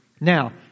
Now